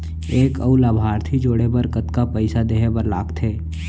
एक अऊ लाभार्थी जोड़े बर कतका पइसा देहे बर लागथे?